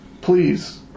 Please